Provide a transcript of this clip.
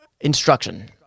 instruction